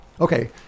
Okay